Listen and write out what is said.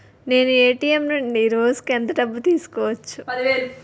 నేను ఎ.టి.ఎం నుండి రోజుకు ఎంత డబ్బు తీసుకోవచ్చు?